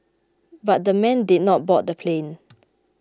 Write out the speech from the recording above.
but the men did not board the plane